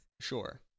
sure